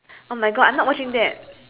oh my god I'm not watching that